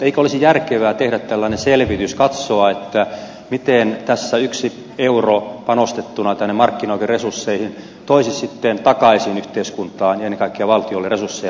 eikö olisi järkevää tehdä tällainen selvitys katsoa miten tässä yksi euro panostettuna tänne markkinaoikeuden resursseihin toisi takaisin yhteiskuntaan ja ennen kaikkea valtiolle resursseja